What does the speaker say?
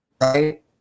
right